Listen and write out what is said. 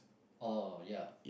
orh ya